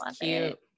cute